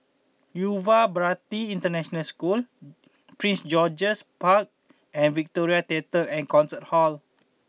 Yuva Bharati International School Prince George's Park and Victoria Theatre and Concert Hall